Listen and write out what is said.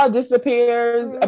disappears